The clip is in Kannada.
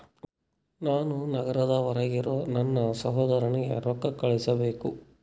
ನಾನು ನಗರದ ಹೊರಗಿರೋ ನನ್ನ ಸಹೋದರನಿಗೆ ರೊಕ್ಕ ಕಳುಹಿಸಬೇಕು